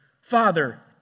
Father